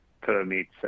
permits